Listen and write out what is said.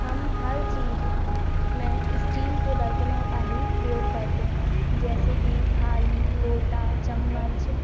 हम हर चीज़ में स्टील के बर्तनों का ही प्रयोग करते हैं जैसे कि थाली लोटा चम्मच